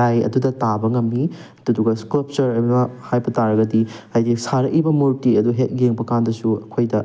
ꯂꯥꯏ ꯑꯗꯨꯗ ꯇꯥꯕ ꯉꯝꯃꯤ ꯑꯗꯨꯗꯨꯒ ꯏꯁꯀꯜꯞꯆꯔ ꯍꯥꯏꯕ ꯇꯥꯔꯒꯗꯤ ꯍꯥꯏꯗꯤ ꯁꯥꯔꯛꯏꯕ ꯃꯨꯔꯇꯤ ꯑꯗꯨ ꯍꯦꯛ ꯌꯦꯡꯕ ꯀꯥꯟꯗꯁꯨ ꯑꯩꯈꯣꯏꯗ